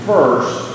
First